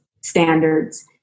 standards